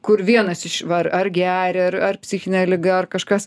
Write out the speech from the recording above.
kur vienas iš va ar geria ar ar psichinė liga ar kažkas